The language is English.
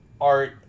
art